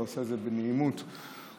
אתה עושה את זה בנעימות ובסבר,